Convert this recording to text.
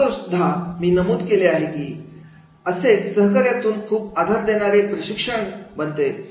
अगोदर सुद्धा मी नमूद केले आहे की असे सहकार्यातून खूप आधार देणारे प्रशिक्षण बनते